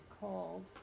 called